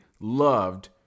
loved